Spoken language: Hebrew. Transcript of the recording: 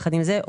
יחד עם זאת,